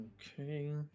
Okay